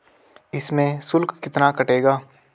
इसमें शुल्क कितना कटेगा?